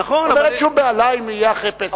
זאת אומרת: שום בהלה אם יהיה אחרי פסח,